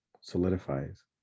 solidifies